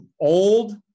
old